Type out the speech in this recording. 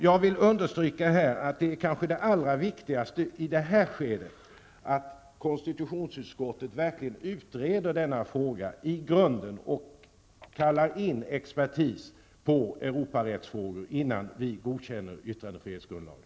Jag vill understryka att det kanske allra viktigaste i det här skedet är att konstitutionsutskottet utreder denna fråga i grunden och kallar in expertis på Europarättsfrågor innan man godkänner yttrandefrihetsgrundlagen.